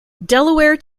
delaware